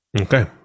Okay